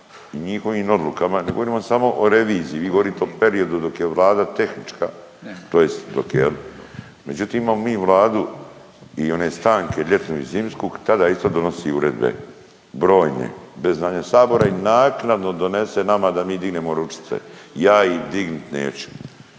i njihovim odlukama, ne govorimo samo o reviziji, vi govorite o periodu dok je Vlada tehnička tj. dok je jel. Međutim imamo mi Vladu i one stanke ljetnu i zimsku tada isto donosi uredbe brojne, bez znanja sabora i naknadno donese nama da mi dignemo ručice. Ja ih dignih neću.